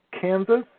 Kansas